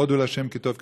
הודו לה' כי טוב,